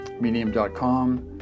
medium.com